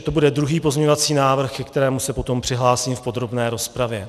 To bude druhý pozměňovací návrh, ke kterému se potom přihlásím v podrobné rozpravě.